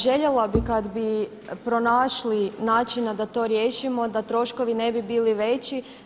Željela bih kad bi pronašli načina da to riješimo da troškovi ne bi bili veći.